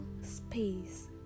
space